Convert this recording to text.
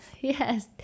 Yes